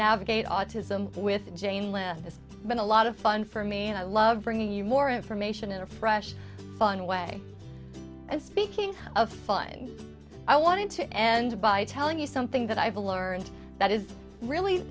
navigate autism with jane list has been a lot of fun for me and i love bringing you more information in a fresh fun way and speaking of fun i wanted to end by telling you something that i've learned that is really